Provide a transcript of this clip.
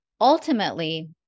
ultimately